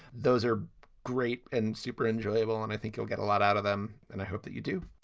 those are great and super enjoyable and i think you'll get a lot out of them. and i hope that you do